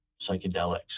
psychedelics